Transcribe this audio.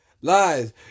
Lies